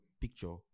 picture